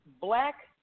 Black